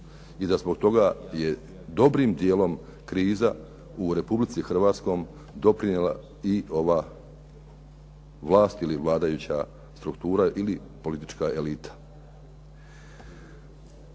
i da zbog toga je dobrim djelom kriza u Republici Hrvatskoj doprinijela i ova vlast ili vladajuća struktura ili politička elita.